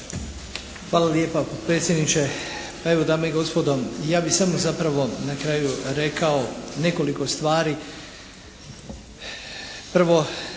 Hvala lijepa potpredsjedniče. Pa evo dame i gospodo ja bih samo zapravo na kraju rekao nekoliko stvari. Prvo